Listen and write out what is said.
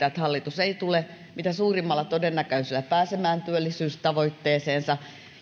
että hallitus ei tule mitä suurimmalla todennäköisyydellä pääsemään työllisyystavoitteeseensa